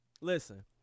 listen